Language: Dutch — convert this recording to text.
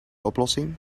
oplossing